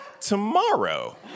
Tomorrow